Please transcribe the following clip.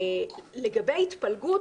לגבי התפלגות,